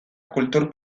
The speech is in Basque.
kultur